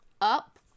up